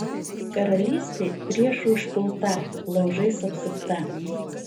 karalystė priešų užpulta laužais apsupta